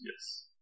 Yes